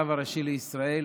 הרב הראשי לישראל,